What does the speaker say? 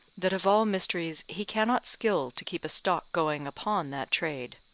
that of all mysteries he cannot skill to keep a stock going upon that trade.